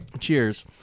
cheers